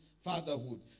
fatherhood